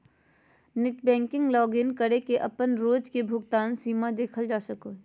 net banking login करके अपन रोज के भुगतान सीमा देखल जा सको हय